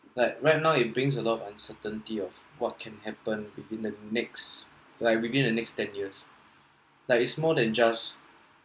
like right now it brings a lot of uncertainty of what can happen within the next like within the next ten years like it's more than just